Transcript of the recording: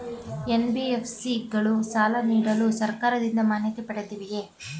NBFC ಗಳು ಸಾಲ ನೀಡಲು ಸರ್ಕಾರದಿಂದ ಮಾನ್ಯತೆ ಪಡೆದಿವೆಯೇ?